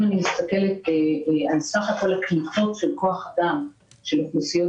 אם אני מסתכלת על סך כל הקליטות של כוח אדם של אוכלוסיות